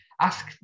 Ask